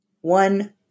one